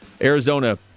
Arizona